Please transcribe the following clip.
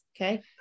okay